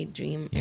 Dream